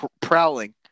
prowling